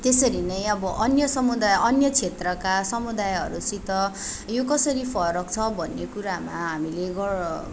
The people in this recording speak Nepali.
त्यसरी नै अब अन्य समुदाय अन्य क्षेत्रका समुदायहरूसित यो कसरी फरक छ भन्ने कुरामा हामीले गर्